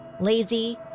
lazy